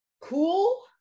cool